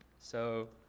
so,